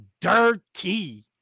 dirty